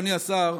אדוני השר,